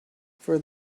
for